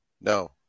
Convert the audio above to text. No